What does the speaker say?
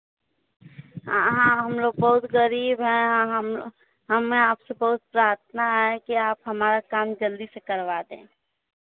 हाँ हाँ हम लोग बहुत गरीब हैं हम हम मैं आपसे बहुत प्रार्थना है कि आप हमारा काम जल्दी से करवा दे